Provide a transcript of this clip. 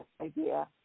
idea